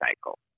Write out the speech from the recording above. cycle